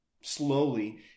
slowly